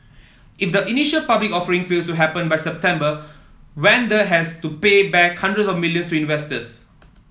if the initial public offering fails to happen by September Wanda has to pay back hundreds of millions to investors